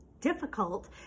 difficult